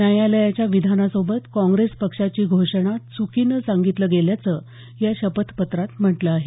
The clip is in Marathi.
न्यायालयाच्या विधानासोबत काँग्रेस पक्षाची घोषणा चुकीने सांगितली गेल्याचं या शपथपत्रात म्हटलं आहे